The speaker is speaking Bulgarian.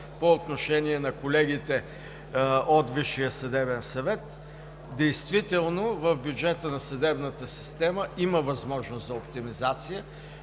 по отношение на колегите от Висшия съдебен съвет. Действително в бюджета на съдебната система има възможност за оптимизация,